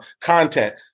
content